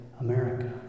America